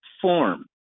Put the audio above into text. form